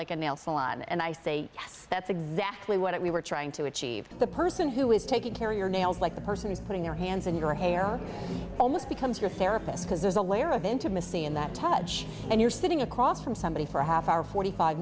like a nail salon and i say yes that's exactly what we were trying to achieve the person who is taking care of your nails like the person who's putting their hands in your hair almost becomes your therapist because there's a layer of intimacy in that top and you're sitting across from somebody for a half hour forty five